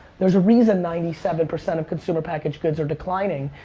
there's a reason ninety seven percent of consumer packaged goods are declining.